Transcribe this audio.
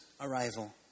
arrival